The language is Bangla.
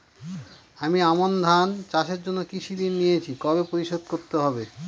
আমি আমন ধান চাষের জন্য কৃষি ঋণ নিয়েছি কবে পরিশোধ করতে হবে?